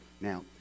Now